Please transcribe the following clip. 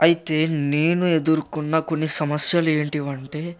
అయితే నేను ఎదుర్కొన్న కొన్ని సమస్యలు ఏంటంటే